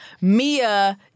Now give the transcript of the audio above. Mia